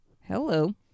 Hello